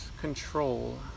control